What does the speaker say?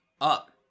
up